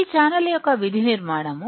ఈ ఛానల్ యొక్క విధి నిర్మాణం